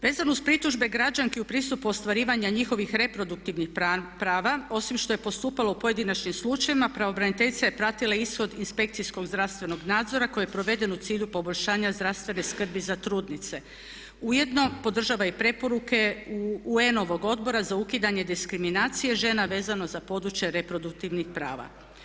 Vezano uz pritužbe građanki u pristupu ostvarivanja njihovih reproduktivnih prava osim što je postupalo u pojedinačnim slučajevima pravobraniteljica je pratila ishod inspekcijskog zdravstvenog nadzora koji je proveden u cilju poboljšanja zdravstvene skrbi za trudnice, ujedno podržava i preporuke UN-ovog odbora za ukidanje diskriminacije žena vezano za područje reproduktivnih prava.